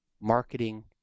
marketing